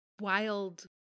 wild